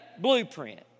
blueprint